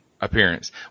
appearance